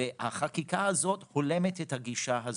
החקיקה הזאת הולמת את הגישה הזאת.